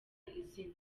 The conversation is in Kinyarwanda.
izina